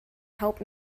help